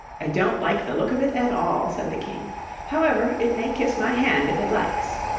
i don't like the look of it at all said the king however, it may kiss my hand if it likes